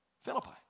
Philippi